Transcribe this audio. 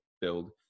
build